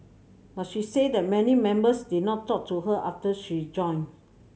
but she said that many members did not talk to her after she joined